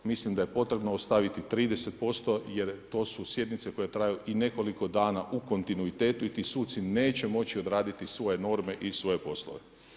Mislim da je potrebno ostaviti 30% jer to su sjednice koje traju i nekoliko dana u kontinuitetu i ti suci neće moći odraditi svoje norme i svoje poslove.